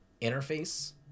interface